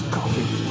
Coffee